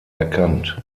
erkannt